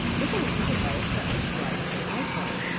with a little device that looks like an iphone.